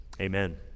Amen